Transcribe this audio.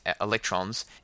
electrons